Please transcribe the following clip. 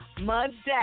Monday